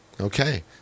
Okay